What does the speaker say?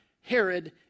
Herod